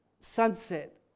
sunset